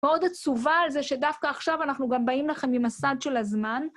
מאוד עצובה על זה שדווקא עכשיו אנחנו גם באים לכם ממסד של הזמן.